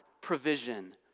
provision